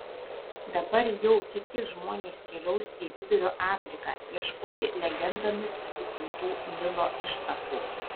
dabar jau kiti žmonės keliaus į vidurio afriką ieškoti legendomis apipintų nilo ištakų